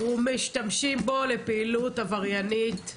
ומשתמשים בו לפעילות עבריינית,